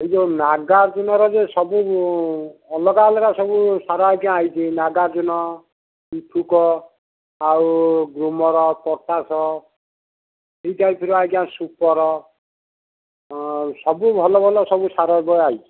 ଏଇ ଯେଉଁ ନାଗାର୍ଜୁନର ଯେଉଁ ସବୁ ଅଲଗା ଅଲଗା ସବୁ ସାର ଆଜ୍ଞା ଆସିଛି ନାଗାର୍ଜୁନ ଇଛୁକ ଆଉ ଗ୍ରୋମର୍ ପଟାସ୍ ଏଇ ଟାଇପ୍ର ଆଜ୍ଞା ସୁପର୍ ସବୁ ଭଲ ଭଲ ସବୁ ସାର ଏବେ ଆସିଛି